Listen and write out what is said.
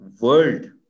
world